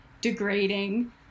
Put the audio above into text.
degrading